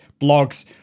blogs